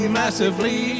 massively